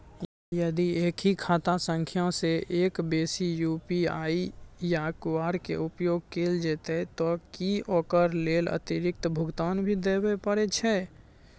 यदि एक ही खाता सं एक से बेसी यु.पी.आई या क्यू.आर के उपयोग कैल जेतै त की ओकर लेल अतिरिक्त भुगतान भी देबै परै छै?